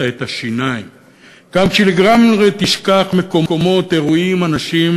את השיניים,/ גם כשלגמרי תשכח/ מקומות/ אירועים/ אנשים/